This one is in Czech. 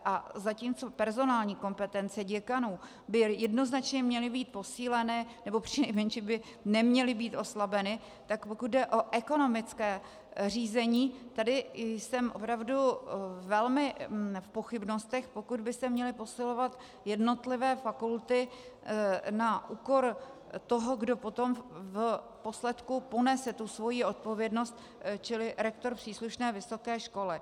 A zatímco personální kompetence děkanů by jednoznačně měly být posíleny, nebo přinejmenším by neměly být oslabeny, tak pokud jde o ekonomické řízení, tady jsem opravdu velmi v pochybnostech, pokud by se měly posilovat jednotlivé fakulty na úkor toho, kdo potom v posledku ponese svoji odpovědnost, čili rektor příslušné vysoké školy.